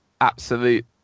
absolute